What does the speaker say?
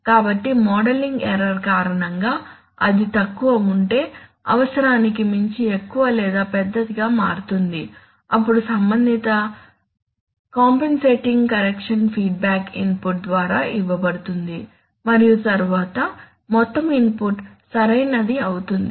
కాబట్టి modelling error కారణంగా ఇది తక్కువగా ఉంటే అవసరానికి మించి ఎక్కువ లేదా పెద్దదిగా మారుతుంది అప్పుడు సంబంధిత కంపెన్సేటింగ్ కరెక్షన్ ఫీడ్బ్యాక్ ఇన్పుట్ ద్వారా ఇవ్వబడుతుంది మరియు తరువాత మొత్తం ఇన్పుట్ సరైనది అవుతుంది